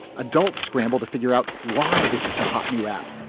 adults scramble to figure out why this is the hot new app.